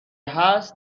هست